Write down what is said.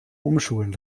umschulen